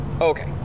Okay